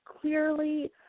clearly